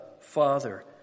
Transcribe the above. Father